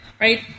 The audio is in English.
right